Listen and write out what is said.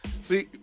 See